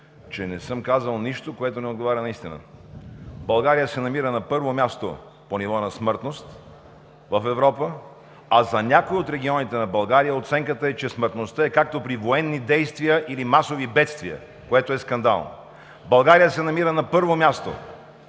че не съм казал нищо, което не отговаря на истината. България се намира на първо място по ниво смъртност в Европа, а за някои от регионите на България оценката е, че смъртността е, както при военни действия или масови бедствия, което е скандално. България се намира на първо място